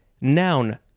Noun